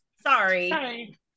sorry